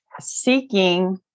seeking